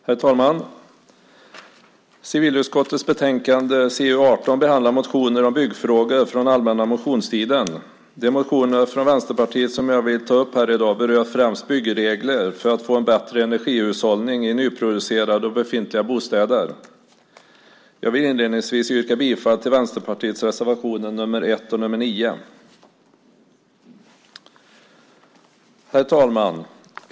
Herr talman! Civilutskottets betänkande CU18 behandlar motioner om byggfrågor från allmänna motionstiden. De motioner från Vänsterpartiet som jag vill ta upp här i dag berör främst byggregler för att få en bättre energihushållning i nyproducerade och befintliga bostäder. Jag vill inledningsvis yrka bifall till Vänsterpartiets reservationer nr 1 och nr 9. Herr talman!